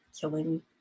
killing